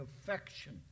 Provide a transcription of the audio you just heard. affection